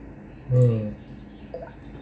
um